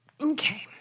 okay